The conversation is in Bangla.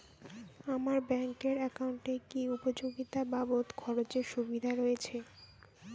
আমার ব্যাংক এর একাউন্টে কি উপযোগিতা বাবদ খরচের সুবিধা রয়েছে?